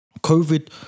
COVID